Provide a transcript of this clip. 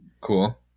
Cool